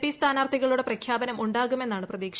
P സ്ഥാനാർത്ഥികളുടെ പ്രഖ്യാപ്പന്ം ഉണ്ടാകുമെന്നാണ് പ്രതീക്ഷ